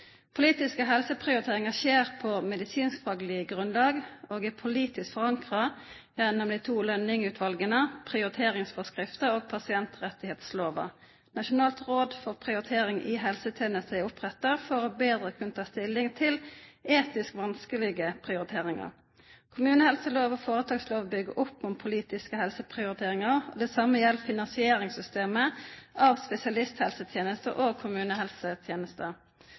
Politiske helseprioriteringer skjer på medisinskfaglig grunnlag, og er politisk forankret gjennom de to Lønning-utvalgene, prioriteringsforskriften og pasientrettighetsloven. Nasjonalt råd for kvalitet og prioritering i helsetjenesten er opprettet for bedre å kunne ta stilling til etisk vanskelige prioriteringer. Kommunehelselov og foretakslov bygger opp om politiske helseprioriteringer, det samme gjelder finansieringssystemet for spesialisthelsetjenesten og